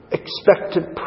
expected